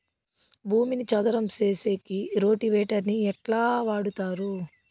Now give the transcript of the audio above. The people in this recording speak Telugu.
భూమిని చదరం సేసేకి రోటివేటర్ ని ఎట్లా వాడుతారు?